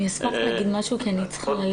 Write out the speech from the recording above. אני אשמח לומר משהו כי אני צריכה ללכת.